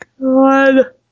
God